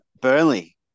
Burnley